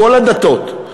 כל הדתות.